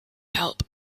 help